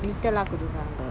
detail ah கொடுக்காங்க:kodukkaanga